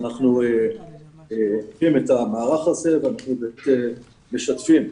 אנחנו הקמנו את המערך הזה ואנחנו משתפים,